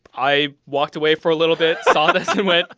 i walked away for a little bit, saw this and went,